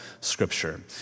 Scripture